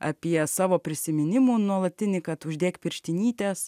apie savo prisiminimų nuolatinį kad uždėk pirštinytes